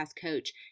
coach